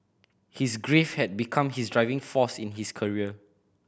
his grief had become his driving force in his career